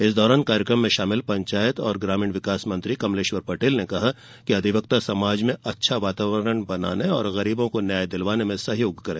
इस दौरान कार्यक्रम में शामिल पंचायत एवं ग्रामीण विकास मंत्री कमलेश्वर पटेल ने कहा कि अधिवक्ता समाज में अच्छा वातावरण बनाने और गरीबों को न्याय दिलवाने में सहयोग करें